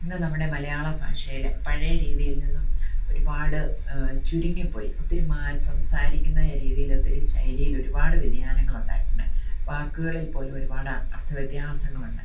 ഇന്ന് നമ്മുടെ മലയാളഭാഷയിൽ പഴയ രീതിയിൽ നിന്നും ഒരുപാട് ചുരുങ്ങിപ്പോയി ഒത്തിരി മാ സംസാരിക്കുന്ന രീതിയിൽ ഒത്തിരി ശൈലിയിൽ ഒരുപാട് വ്യതിയാനങ്ങൾ ഉണ്ടായിട്ടുണ്ട് വാക്കുകളിൽ പോലും ഒരുപാട് അർത്ഥ വ്യത്യാസങ്ങൾ ഉണ്ട്